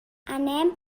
anem